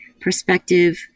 perspective